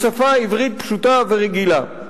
בשפה עברית פשוטה ורגילה.